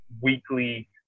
weekly